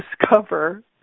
discover